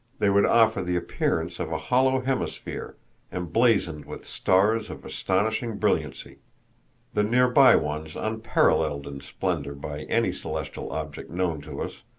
they would offer the appearance of a hollow hemisphere emblazoned with stars of astonishing brilliancy the near-by ones unparalleled in splendor by any celestial object known to us,